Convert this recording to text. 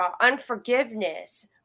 unforgiveness